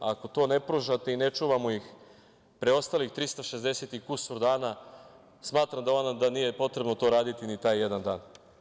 Ako to ne pružate i ne čuvamo ih preostalih 360 i kusur dana, smatram da onda nije potrebno to raditi ni taj jedan dan.